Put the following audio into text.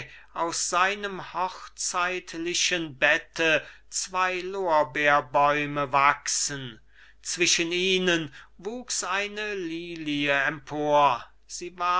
aus seinem hochzeitlichen bette zwei lorbeerbäume wachsen zwischen ihnen wuchs eine lilie empor sie